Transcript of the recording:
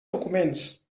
documents